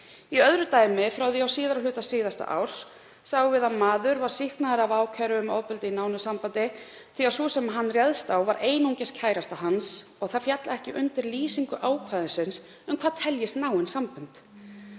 Í öðru dæmi frá því á síðari hluta síðasta árs var maður sýknaður af ákæru um ofbeldi í nánu sambandi því sú sem hann réðst á var einungis kærasta hans og það féll ekki undir lýsingu ákvæðisins um hvað teljist náin sambönd.